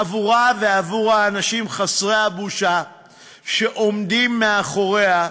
עבורה ועבור האנשים חסרי הבושה שעומדים מאחוריה,